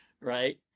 Right